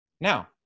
now